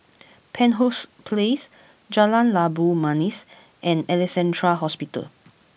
Penshurst Place Jalan Labu Manis and Alexandra Hospital